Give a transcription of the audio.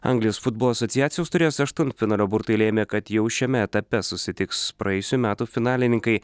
anglijos futbolo asociacijos turės aštuntfinalio burtai lėmė kad jau šiame etape susitiks praėjusių metų finalininkai